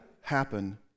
happen